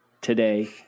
today